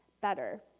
better